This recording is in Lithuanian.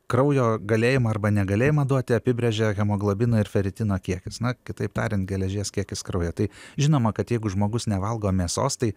kraujo galėjimą arba negalėjimą duoti apibrėžia hemoglobino ir feritino kiekis na kitaip tariant geležies kiekis kraujo tai žinoma kad jeigu žmogus nevalgo mėsos tai